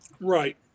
Right